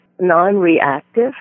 non-reactive